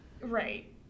Right